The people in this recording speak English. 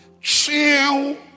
chill